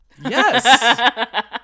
Yes